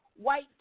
White